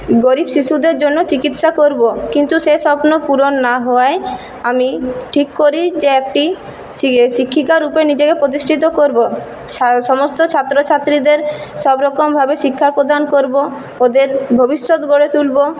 গরীব শিশুদের জন্য চিকিৎসা করবো কিন্তু সে স্বপ্ন পূরণ না হওয়ায় আমি ঠিক করি যে একটি শি শিক্ষিকা রূপে নিজেকে প্রতিষ্ঠিত করবো সমস্ত ছাত্র ছাত্রীদের সবরকমভাবে শিক্ষা প্রদান করব ওদের ভবিষ্যৎ গড়ে তুলব